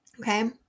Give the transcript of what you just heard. okay